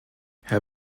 herr